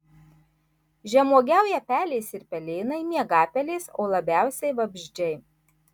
žemuogiauja pelės ir pelėnai miegapelės o labiausiai vabzdžiai